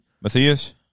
Matthias